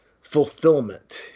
fulfillment